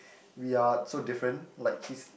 we are so different like he's